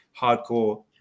hardcore